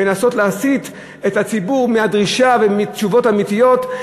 לנסות להסיט את הציבור מהדרישה ומתשובות אמיתיות.